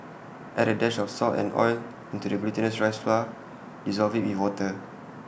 add A dash of salt and oil into the glutinous rice flour dissolve IT with water